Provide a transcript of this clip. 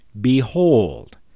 Behold